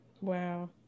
Wow